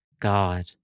god